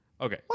Okay